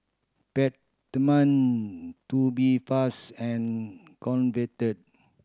Peptamen Tubifast and Convatec